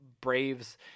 Braves